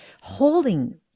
holding